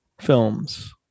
films